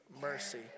mercy